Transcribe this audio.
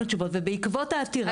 לצורך העניין,